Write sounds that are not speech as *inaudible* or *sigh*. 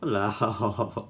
!walao! *laughs*